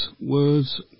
words